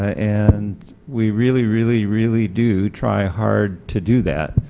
and we really really really do try hard to do that.